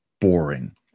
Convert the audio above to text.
boring